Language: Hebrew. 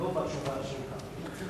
לא בתשובה שהוא קרא.